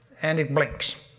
and it blinks,